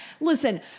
Listen